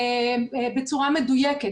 בצורה מדויקת.